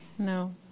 No